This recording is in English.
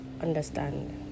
understand